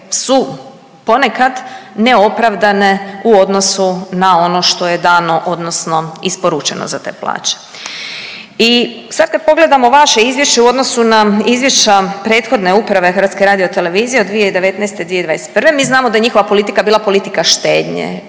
su ponekad neopravdane u odnosu na ono što je dano odnosno isporučeno za te plaće. I sad kad pogledamo vaše izvješće u odnosu na izvješća prethodne uprave HRT-a od 2019. i 2021., mi znamo da je njihova politika bila politika štednje,